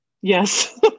Yes